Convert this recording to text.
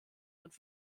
und